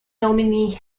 nominee